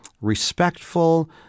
respectful